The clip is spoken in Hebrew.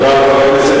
תודה רבה לכם.